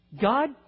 God